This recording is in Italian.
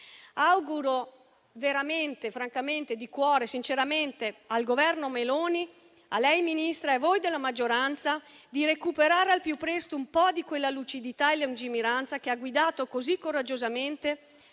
Auguro veramente, francamente, sinceramente al Governo Meloni, a lei, signora Ministra, e voi della maggioranza, di recuperare al più presto un po' di quella lucidità e lungimiranza che ha guidato così coraggiosamente